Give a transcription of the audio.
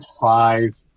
five